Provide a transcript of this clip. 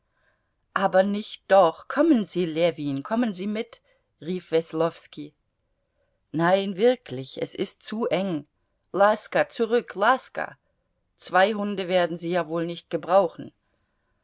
aber nicht doch kommen sie ljewin kommen sie mit rief weslowski nein wirklich es ist zu eng laska zurück laska zwei hunde werden sie ja wohl nicht gebrauchen